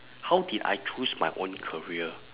how did I choose my own career